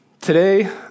today